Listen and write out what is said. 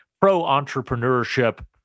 pro-entrepreneurship